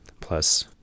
plus